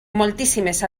moltíssimes